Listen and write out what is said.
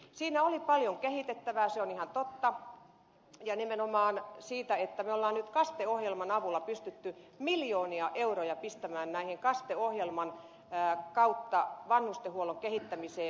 siinä oli paljon kehitettävää se on ihan totta ja me olemme nyt nimenomaan kaste ohjelman kautta pystyneet miljoonia euroja pistämäänän rikas ja ohjelman kautta pistämään vanhustenhuollon kehittämiseen